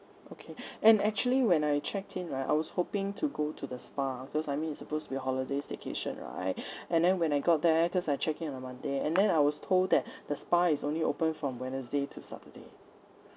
okay and actually when I checked in right I was hoping to go to the spa because I mean it's supposed to be a holiday staycation right and then when I got there cause I checked in on a monday and then I was told that the spa is only open from wednesday to saturday